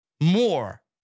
more